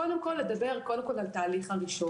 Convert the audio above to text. קודם כל על תהליך הרישום.